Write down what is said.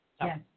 Yes